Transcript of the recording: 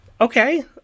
Okay